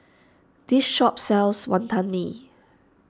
this shop sells Wantan Mee